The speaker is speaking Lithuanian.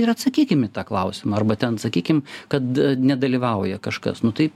ir atsakykim į tą klausimą arba ten sakykim kad nedalyvauja kažkas nu tai